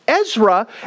Ezra